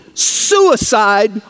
Suicide